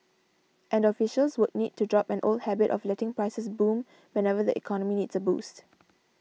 and officials would need to drop an old habit of letting prices boom whenever the economy needs a boost